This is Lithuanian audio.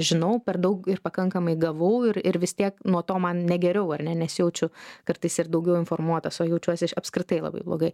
žinau per daug ir pakankamai gavau ir ir vis tiek nuo to man ne geriau ar ne nesijaučiu kartais ir daugiau informuotas o jaučiuosi aš apskritai labai blogai